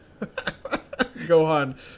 Gohan